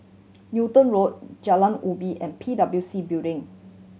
Newton Road Jalan Ubin and P W C Building